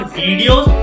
videos